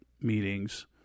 meetings